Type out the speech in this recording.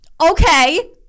Okay